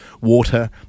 water